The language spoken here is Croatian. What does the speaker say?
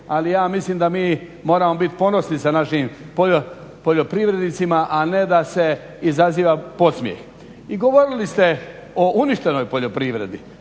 ali ja mislim da mi moramo biti ponosni sa našim poljoprivrednicima a ne da se izaziva podsmijeh. I govorili ste o uništenoj poljoprivredi.